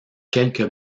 quelques